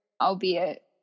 albeit